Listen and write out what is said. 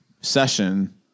session